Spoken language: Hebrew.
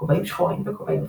"כובעים שחורים" ו"כובעים אפורים".